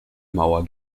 mauer